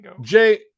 Jay